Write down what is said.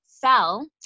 fell